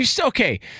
Okay